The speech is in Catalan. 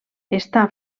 està